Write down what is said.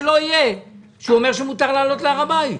מאיפה שלא יהיה, שאומר שמותר לעלות להר הבית.